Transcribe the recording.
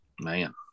Man